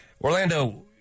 Orlando